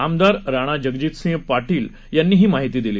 आमदार राणाजगजितसिंह पाटील यांनी ही माहिती दिली